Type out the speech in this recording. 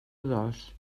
dos